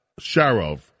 Sharov